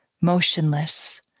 motionless